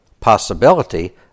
possibility